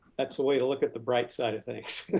that's the way to look at the bright side of things.